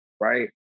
right